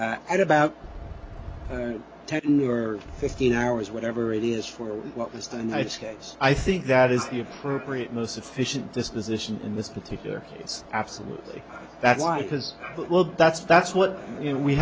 at about ten or fifteen hours whatever it is for what was the night's case i think that is the appropriate most efficient disposition in this particular case absolutely that's why because well that's that's what